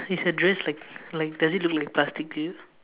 is her dress like like does it look like plastic to you